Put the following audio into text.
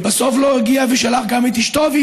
ובסוף הוא לא הגיע ושלח את אשתו,